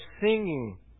singing